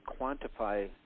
quantify